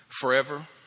Forever